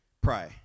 pray